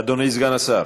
אדוני סגן השר,